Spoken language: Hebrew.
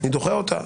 אני דוחה אותה.